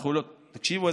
תקשיבו,